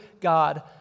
God